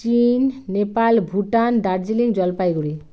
চীন নেপাল ভুটান দার্জিলিং জলপাইগুড়ি